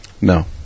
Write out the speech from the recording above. No